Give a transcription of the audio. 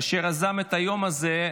אשר יזם את היום הזה.